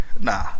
Nah